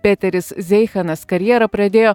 peteris zeichanas karjerą pradėjo